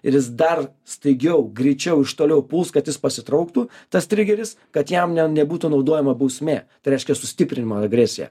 ir jis dar staigiau greičiau iš toliau puls kad jis pasitrauktų tas trigeris kad jam ne nebūtų naudojama bausmė tai reiškia sustiprinima agresija